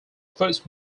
first